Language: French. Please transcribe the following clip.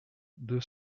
deux